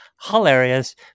hilarious